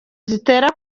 zitera